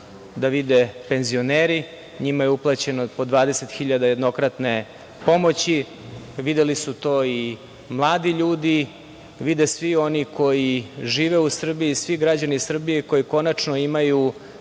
da vide penzioneri. Njima je uplaćeno po 20.000 dinara jednokratne pomoći. Videli su to i mladi ljudi. Vide svi oni koji žive u Srbiji, svi građani Srbije koji konačno imaju